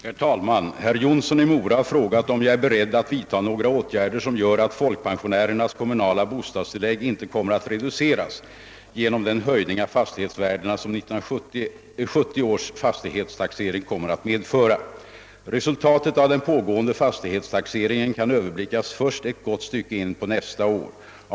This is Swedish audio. Herr talman! Herr Jonsson i Mora har frågat, om jag är beredd att vidta några åtgärder som gör att folkpensionärernas kommunala bostadstillägg inte kommer att reduceras genom den höjning av fastighetsvärdena som 1970 års fastighetstaxering kommer att medföra. Resultatet av den pågående fastighetstaxeringen kan överblickas först ett gott stycke in på nästa år.